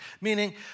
meaning